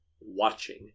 watching